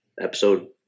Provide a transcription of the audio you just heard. episode